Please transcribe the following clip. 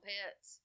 Pets